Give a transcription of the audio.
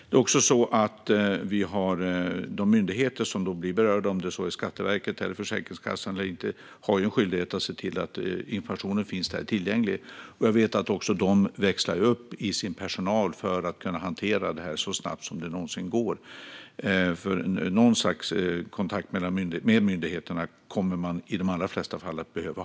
De myndigheter som blir berörda, Skatteverket eller Försäkringskassan, har en skyldighet att se till att informationen finns tillgänglig. Jag vet också att de växlar upp personalen för att hantera dessa frågor så snabbt det någonsin går. Något slags kontakt med myndigheterna kommer man i de flesta fall att behöva.